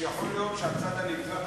שיכול להיות שהצד הנפגע,